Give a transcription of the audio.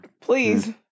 Please